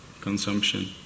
consumption